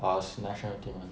err national team [one]